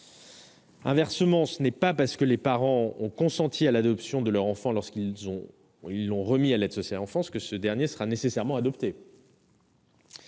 Inversement, ce n'est pas parce que les parents ont consenti à l'adoption de leur enfant lorsqu'ils l'ont remis à l'aide sociale à l'enfance que ce dernier sera nécessairement adopté.